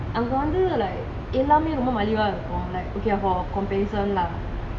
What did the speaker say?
but I wonder like அங்க வந்து எல்லாம் ரொம்ப மலிவு இருக்கும்:anga vanthu ellam romba maliva irukum okay lah for comparison lah